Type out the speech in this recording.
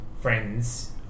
friends